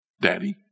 Daddy